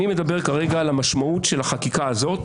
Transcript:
אני מדבר כרגע על המשמעות של החקיקה הזאת,